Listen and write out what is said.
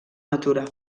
natura